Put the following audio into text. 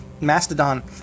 mastodon